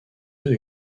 œufs